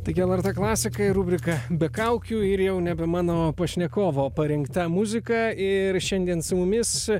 taigi lrt klasika ir rubrika be kaukių ir jau nebe mano pašnekovo parinkta muzika ir šiandien su mumis